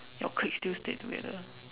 your clique still stay together